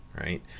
right